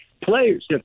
Players